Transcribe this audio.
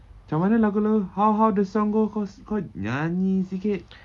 macam mana lagu tu how how the song goes kau nyanyi sikit